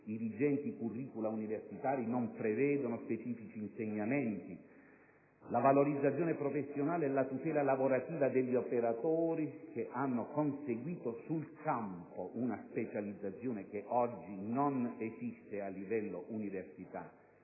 i vigenti *curricula* universitari non prevedono specifici insegnamenti); la valorizzazione professionale e la tutela lavorativa degli operatori che hanno conseguito sul campo una specializzazione che oggi non esiste a livello di università